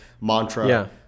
mantra